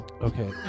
Okay